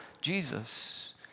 Jesus